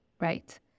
right